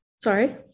sorry